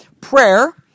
prayer